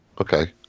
Okay